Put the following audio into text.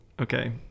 Okay